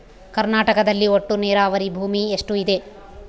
ಕರ್ನಾಟಕದಲ್ಲಿ ಒಟ್ಟು ನೇರಾವರಿ ಭೂಮಿ ಎಷ್ಟು ಇದೆ?